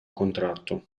contratto